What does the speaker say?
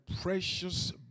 precious